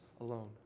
alone